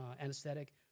anesthetic